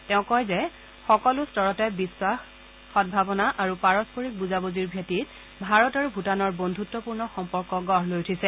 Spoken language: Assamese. তেওঁ কয় যে সকলো স্তৰতে বিখাস সদভাৱনা আৰু পাৰস্পৰিক বুজাবুজিৰ ভেটিত ভাৰত আৰু ভূটানৰ বন্ধুতপূৰ্ণ সম্পৰ্ক গঢ় লৈ উঠিছে